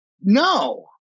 No